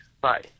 Bye